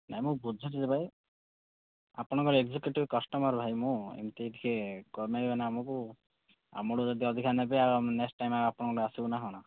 ନାହିଁ ମୁଁ ବୁଝୁଛିରେ ଆପଣଙ୍କର ଏଗ୍ଜୁକେଟିଭ କଷ୍ଟମର୍ ଭାଇ ମୁଁ ଏମିତି ଟିକିଏ କମାଇବେ ନା ଆମକୁ ଆମଠୁ ଯଦି ଅଧିକା ନେବେ ଆଉ ଆମେ ନେକ୍ସଟ୍ ଟାଇମ୍ ଆପଣଙ୍କ ପାଖକୁ ଆସିବୁ ନା କ'ଣ